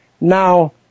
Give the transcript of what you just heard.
Now